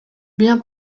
bien